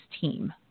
team